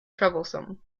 troublesome